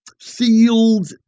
sealed